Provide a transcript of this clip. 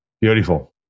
Beautiful